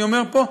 אני אומר פה,